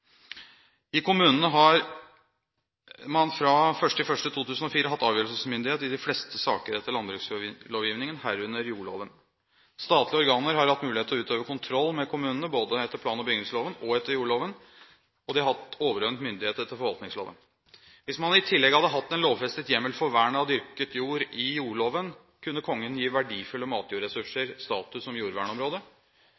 I kommunene har man fra 1. januar 2004 hatt avgjørelsesmyndighet i de fleste saker etter landbrukslovgivningen, herunder jordlova. Statlige organer har hatt mulighet til å utøve kontroll med kommunene både etter plan- og bygningsloven og etter jordlova, og de har hatt overordnet myndighet etter forvaltningsloven. Hvis man i tillegg hadde hatt en lovfestet hjemmel for vern av dyrket jord i jordlova, kunne Kongen gi verdifulle matjordressurser